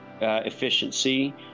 efficiency